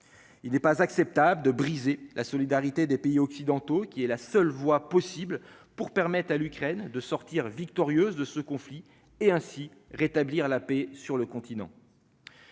il n'est pas acceptable de briser la solidarité des pays occidentaux, qui est la seule voie possible pour permettre à l'Ukraine de sortir victorieuse de ce conflit et ainsi rétablir la paix sur le continent.